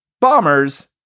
bombers